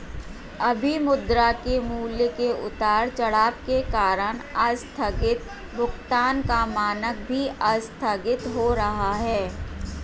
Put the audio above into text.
अभी मुद्रा के मूल्य के उतार चढ़ाव के कारण आस्थगित भुगतान का मानक भी आस्थगित हो रहा है